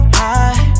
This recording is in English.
high